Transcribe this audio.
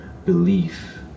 Belief